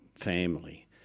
family